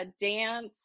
dance